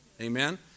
Amen